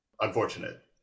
Unfortunate